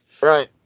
Right